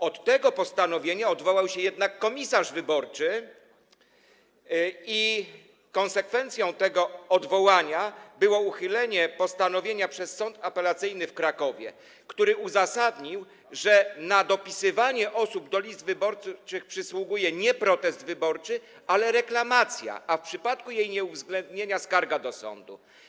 Od tego postanowienia odwołał się jednak komisarz wyborczy i konsekwencją tego odwołania było uchylenie postanowienia przez Sąd Apelacyjny w Krakowie, który uzasadnił to tym, że na dopisywanie osób do list wyborczych przysługuje nie protest wyborczy, ale reklamacja, a w przypadku jej nieuwzględnienia - skarga do sądu.